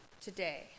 today